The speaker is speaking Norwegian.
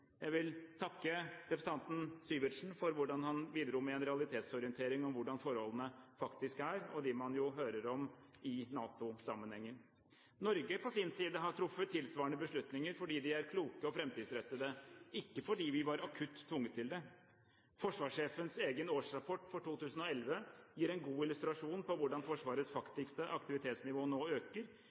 Jeg vil takke representanten Syversen for hvordan han bidro med en realitetsorientering om hvordan forholdene faktisk er, og de man hører om i NATO-sammenheng. Norge har på sin side truffet tilsvarende beslutninger fordi de er kloke og framtidsrettet, ikke fordi vi var akutt tvunget til det. Forsvarssjefens egen årsrapport for 2011 gir en god illustrasjon på hvordan Forsvarets faktiske aktivitetsnivå nå øker